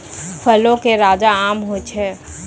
फलो के राजा आम होय छै